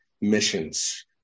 missions